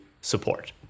support